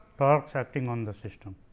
torques acting on the system